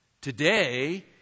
Today